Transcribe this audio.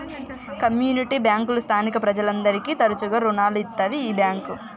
community బ్యాంకులు స్థానిక ప్రజలందరికీ తరచుగా రుణాలు ఇత్తాది ఈ బ్యాంక్